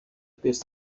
twese